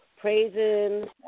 praising